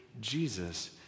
Jesus